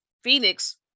phoenix